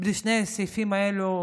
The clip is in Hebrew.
בלי שני הסעיפים האלו,